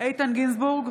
איתן גינזבורג,